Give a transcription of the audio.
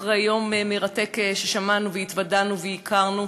אחרי יום מרתק שבו שמענו והתוודענו והכרנו,